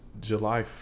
July